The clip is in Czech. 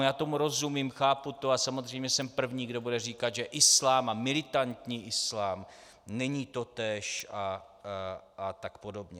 Já tomu rozumím, chápu to a samozřejmě jsem první, kdo bude říkat, že islám a militantní islám není totéž, a tak podobně.